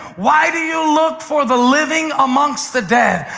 why do you look for the living amongst the dead?